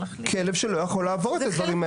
כלב שלא יכול לעבור את הדברים האלה.